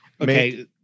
Okay